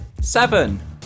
Seven